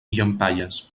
llampaies